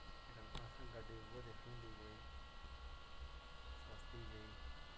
लेकिन असें गाड्डी उ'ऐ दिक्खन होंदी कोई सस्ती जेही